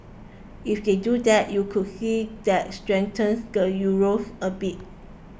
if they do that you would see that strengthen the Euros a bit